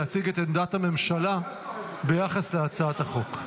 להציג את עמדת הממשלה ביחס להצעת החוק.